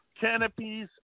canopies